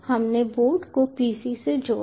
हमने बोर्ड को PC से जोड़ा